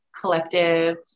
collective